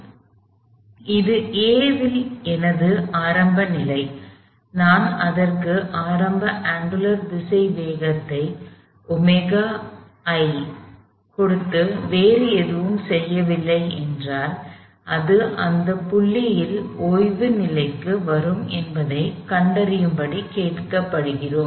எனவே இது A இல் எனது ஆரம்ப நிலை நான் அதற்கு ஆரம்ப அங்குலர் திசைவேகத்தை ωi கொடுத்து வேறு எதுவும் செய்யவில்லை என்றால் அது எந்தப் புள்ளியில் ஓய்வு நிலைக்கு வரும் என்பதைக் கண்டறியும்படி கேட்கப்படுகிறோம்